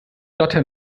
dotter